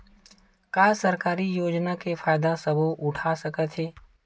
का सरकारी योजना के फ़ायदा सबो उठा सकथे?